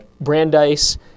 Brandeis